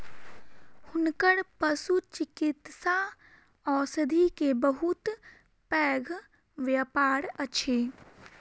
हुनकर पशुचिकित्सा औषधि के बहुत पैघ व्यापार अछि